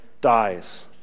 dies